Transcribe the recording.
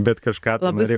bet kažką tu norėjai